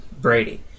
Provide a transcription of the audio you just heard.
Brady